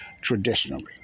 traditionally